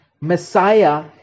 Messiah